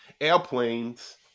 airplanes